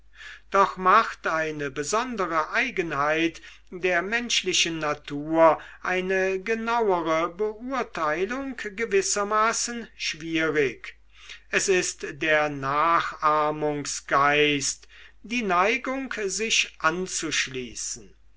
doch macht eine besondere eigenheit der menschlichen natur eine genauere beurteilung gewissermaßen schwierig es ist der nachahmungsgeist die neigung sich anzuschließen